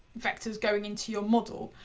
vectors going into your model.